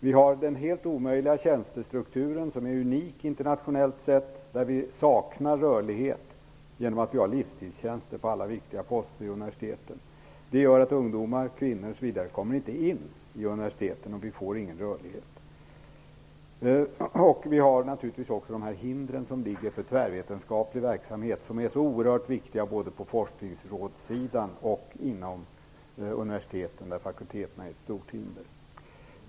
Vi har den helt omöjliga tjänstestrukturen, som är unik internationellt sett. Vi saknar rörlighet genom att vi har livstidstjänster på alla viktiga poster vid universiteten. Det gör att ungdomar och kvinnor inte kommer in vid universiteten, och vi får ingen rörlighet. Vi har naturligtvis också hindren för den tvärvetenskapliga verksamheten, som är så oerhört viktig både på forskningsrådssidan och inom universiteten, där fakulteterna är ett stort hinder.